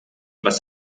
was